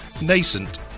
nascent